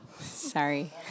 Sorry